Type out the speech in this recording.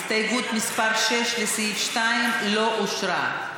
הסתייגות מס' 6, לסעיף 2, לא אושרה.